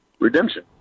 Redemption